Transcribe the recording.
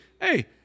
hey